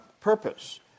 purpose